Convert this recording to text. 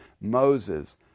Moses